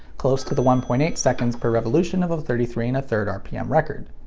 close to the one point eight seconds per revolution of a thirty three and a third rpm record.